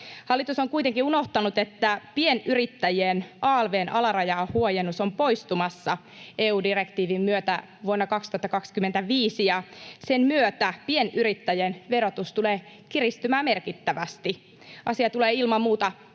Hallitus on kuitenkin unohtanut, että pienyrittäjien alv:n alarajan huojennus on poistumassa EU-direktiivin myötä vuonna 2025, ja sen myötä pienyrittäjien verotus tulee kiristymään merkittävästi. Asia tulee ilman muuta korjata,